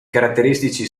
caratteristici